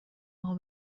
اقا